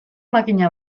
makina